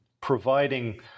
providing